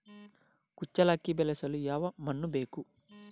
ಕುಚ್ಚಲಕ್ಕಿ ಬೆಳೆಸಲು ಯಾವ ಮಣ್ಣು ಬೇಕು?